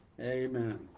Amen